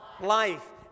life